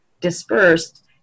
dispersed